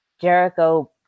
Jericho